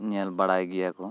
ᱧᱮᱞ ᱵᱟᱲᱟᱭ ᱜᱮᱭᱟ ᱠᱚ